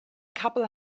couple